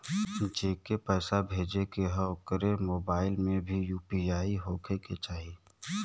जेके पैसा भेजे के ह ओकरे मोबाइल मे भी यू.पी.आई होखे के चाही?